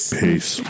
peace